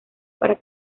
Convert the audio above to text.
para